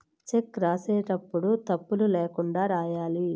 check రాసేటప్పుడు తప్పులు ల్యాకుండా రాయాలి